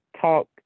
talk